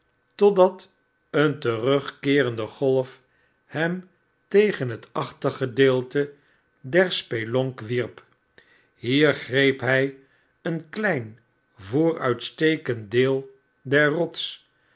totdat een terugkeerende golf hem tegen het achtergedeelte der spelonk wierp hier greep hij een klein vooruitstekend deel der ro